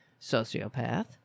sociopath